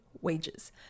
wages